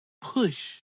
push